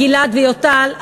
גלעד ויוטל,